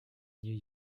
new